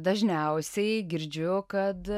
dažniausiai girdžiu kad